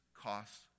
costs